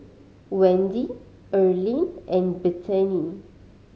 Wende Earline and Bethany